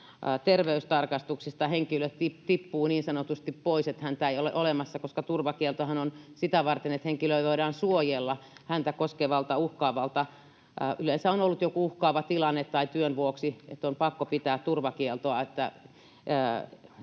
terveystarkastuksista henkilö tippuu niin sanotusti pois, että häntä ei ole olemassa, koska turvakieltohan on sitä varten, että henkilöä voidaan suojella häntä koskevalta uhalta — yleensä on ollut joku uhkaava tilanne — tai työn vuoksi on pakko pitää turvakieltoa,